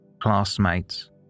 classmates